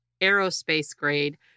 aerospace-grade